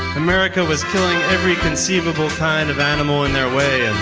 america was killing every conceivable kind of animal in their way.